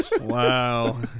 Wow